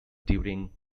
during